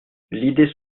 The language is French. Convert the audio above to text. l’idée